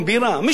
מי שותה בירה?